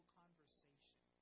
conversation